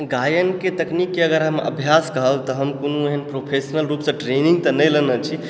गायनके तकनीकके अगर हम अभ्यास करब तऽ हम कोनो एहन प्रोफेसनल रूपसँ ट्रेनिंग तऽ नहि लेने छी